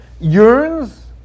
yearns